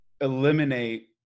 eliminate